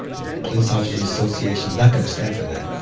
the police officers association is not going to stand for that.